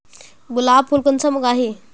गुलाब फुल कुंसम उगाही?